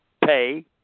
pay